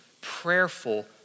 prayerful